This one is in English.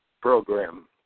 Program